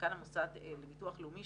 מנכ"ל המוסד לביטוח לאומי,